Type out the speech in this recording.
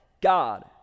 God